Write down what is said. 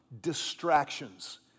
Distractions